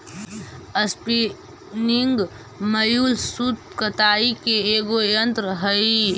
spinning mule सूत कताई के एगो यन्त्र हई